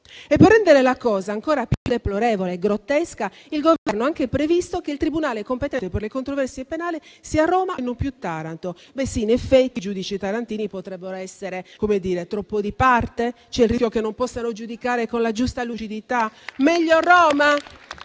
Per rendere la cosa ancora più deplorevole e grottesca il Governo ha anche previsto che il tribunale competente per le controversie penali sia Roma e non più Taranto; ma sì, in effetti i giudici tarantini potrebbero essere forse troppo di parte? C'è il rischio che non possano giudicare con la giusta lucidità?